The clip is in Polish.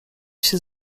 się